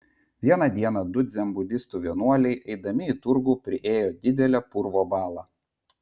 vieną dieną du dzenbudistų vienuoliai eidami į turgų priėjo didelę purvo balą